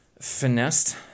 finessed